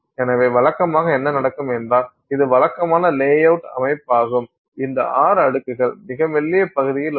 எனவே வழக்கமாக என்ன நடக்கும் என்றால் இது வழக்கமான லே அவுட் அமைப்பாகும் இந்த 6 அடுக்குகள் மிக மெல்லிய பகுதியில் உள்ளன